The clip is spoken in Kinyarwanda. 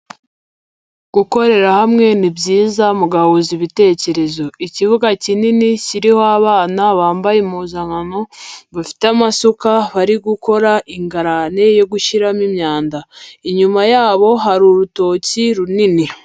Gukorera hamwe ni byiza mugahuza ibitekerezo, ikibuga kinini kiriho abana bambaye impuzankano bafite amasuka bari gukora ingaranie yo gushyiramo imyanda, inyuma yabo hari urutoki runini.